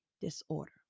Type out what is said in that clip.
disorder